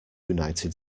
united